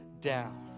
down